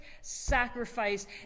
sacrifice